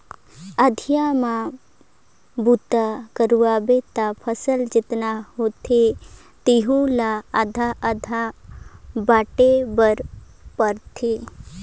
अधिया म बूता करबे त फसल जतना होथे तेहू ला आधा आधा बांटे बर पड़थे